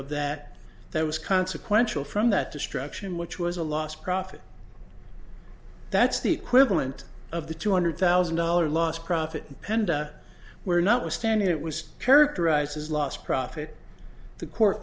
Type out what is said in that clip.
of that that was consequential from that destruction which was a lost profit that's the equivalent of the two hundred thousand dollar loss profit penda where notwithstanding it was characterized as loss profit the court